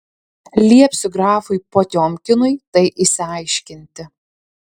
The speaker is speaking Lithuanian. liepsiu grafui potiomkinui tai išsiaiškinti